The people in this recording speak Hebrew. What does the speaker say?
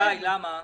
גיא, למה?